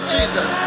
Jesus